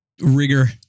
rigor